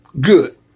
good